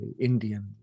Indian